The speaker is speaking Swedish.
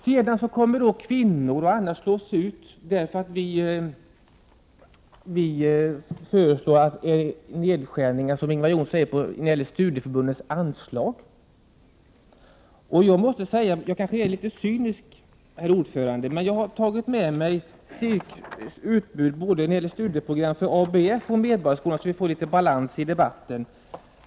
Sedan sägs det att kvinnor kommer att slås ut för att vi moderater föreslår att man skall skära ned studieförbundens anslag. Jag kanske är litet cynisk, herr talman, men jag har tagit med mig studieprogram som visar utbudet både på ABF och på Medborgarskolan, så att vi får litet balans i debatten.